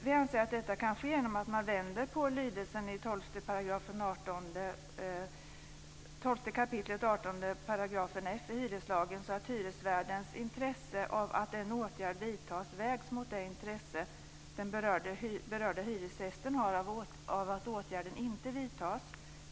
Vi anser att detta kan ske genom att man vänder på lydelsen i 12 kap. 18 f § hyreslagen så att hyresvärdens intresse av att en åtgärd vidtas vägs mot det intresse den berörda hyresgästen har av att åtgärden inte vidtas.